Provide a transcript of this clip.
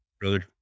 brother